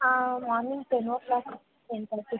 ಹಾಂ morning ten o'clock ten thirty